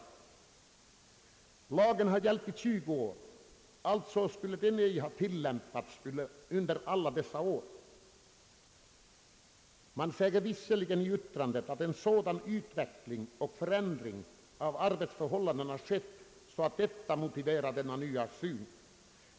Lagen har gällt i 20 år, och den borde alltså inte ha tillämpats under alla dessa år. Man säger visserligen i yttrandet att en sådan utveckling och förändring av arbetsförhållandena skett att det motiverar denna nya syn.